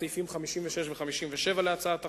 סעיפים 56 ו-57 להצעת החוק.